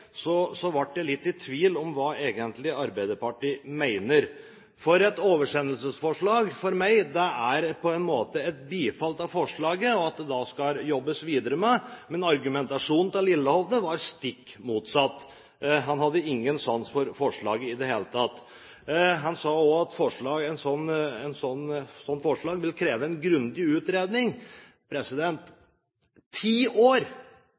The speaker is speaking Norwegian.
litt i tvil om hva Arbeiderpartiet egentlig mener. Et oversendelsesforslag er for meg på en måte et bifall til forslaget, og at det skal jobbes videre med, men argumentasjonen til Lillehovde var stikk motsatt. Han hadde ingen sans for forslaget i det hele tatt. Han sa også at et sånt forslag vil kreve en grundig utredning. Ti år med utredninger er for meg rimelig grundig. Ti år